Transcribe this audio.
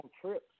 trips